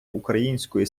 української